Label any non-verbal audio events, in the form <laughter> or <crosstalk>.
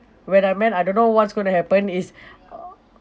when I meant I don't know what's going to happen is <noise>